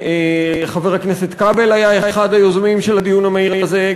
חבר הכנסת כבל היה אחד היוזמים של הדיון המהיר הזה,